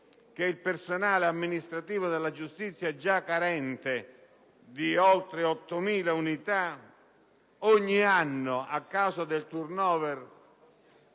il personale amministrativo della giustizia è già carente di oltre 8.000 unità? Ogni anno, a causa del *turn over*